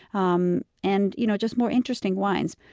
um and you know just more interesting wines.